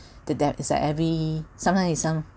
the debt is like every sometime is some